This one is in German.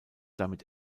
damit